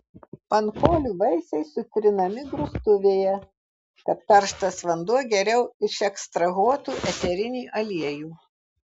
pankolių vaisiai sutrinami grūstuvėje kad karštas vanduo geriau išekstrahuotų eterinį aliejų